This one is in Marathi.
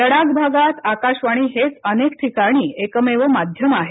लडाख भागात आकाशवाणी हेच अनेक ठिकाणी एकमेव माध्यम आहे